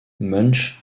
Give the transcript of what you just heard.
münch